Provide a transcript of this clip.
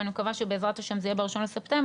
ואני מקווה שבעזרת ה' זה יהיה ב-1 בספטמבר,